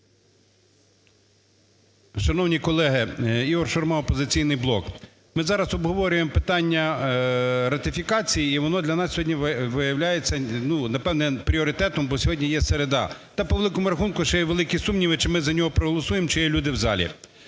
Шановні колеги! Ігор Шурма, "Опозиційний блок". Ми зараз обговорюємо питання ратифікації, і воно для нас сьогодні виявляється, напевно, пріоритетом, бо сьогодні є середа, та по великому рахунку ще є великі сумніви, чи ми за нього проголосуємо, чи є люди в залі.